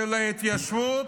של ההתיישבות,